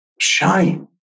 shine